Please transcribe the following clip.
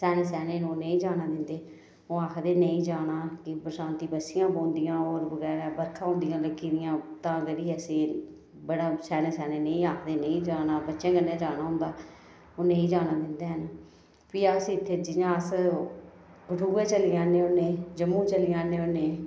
स्याने स्याने न ओह् नेईं जाना दिंदे ओह् आखदे नेईं जाना एह् बरसांती पस्सियां पौंदियां होर बगैरा बरखा होंदियां लग्गी दियां तां करियै असें बड़ा स्याने स्याने नेईं आखदे नेईं जाना बच्चें कन्नै जाना होंदा ओह् नेईं जाना दिंदे हैन फ्ही अस इत्थै जियां अस कठुआ चली जन्ने होन्ने जम्मू चली जन्ने होन्ने